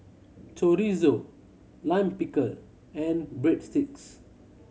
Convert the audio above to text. Chorizo Lime Pickle and Breadsticks